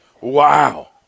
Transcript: Wow